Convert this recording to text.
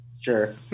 Sure